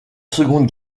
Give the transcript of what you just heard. seconde